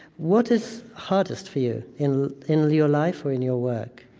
what is hardest for you in in your life or in your work?